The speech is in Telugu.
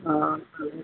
నాకు